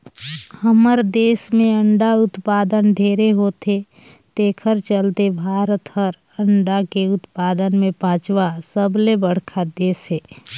हमर देस में अंडा उत्पादन ढेरे होथे तेखर चलते भारत हर अंडा के उत्पादन में पांचवा सबले बड़खा देस हे